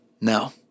No